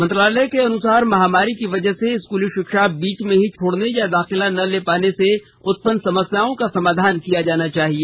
मंत्रालय के अनुसार महामारी की वजह से स्कूली शिक्षा बीच में ही छोडने या दाखिला न ले पाने से उत्पन्न समस्याओं का समाधान किया जाना चाहिए